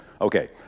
Okay